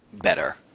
better